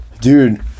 dude